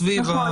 נכון,